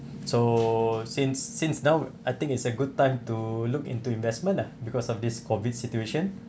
so since since now I think it's a good time to look into investment lah because of this COVID situation